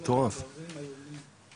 מטורף, מטורף.